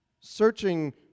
searching